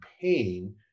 pain